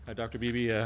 but dr. beebe, ah